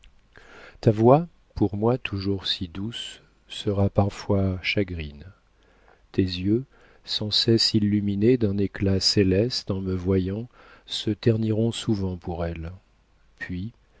ta voix pour moi toujours si douce sera parfois chagrine tes yeux sans cesse illuminés d'un éclat céleste en me voyant se terniront souvent pour elle puis